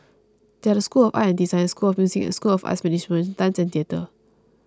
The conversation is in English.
they are the school of art and design school of music and school of arts management dance and theatre